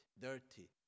dirty